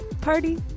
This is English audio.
Party